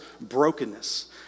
brokenness